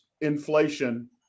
inflation